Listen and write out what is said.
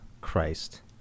Christ